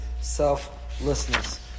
selflessness